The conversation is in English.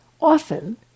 often